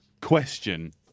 Question